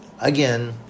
Again